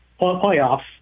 playoff's